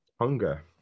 Hunger